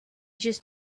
just